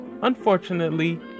Unfortunately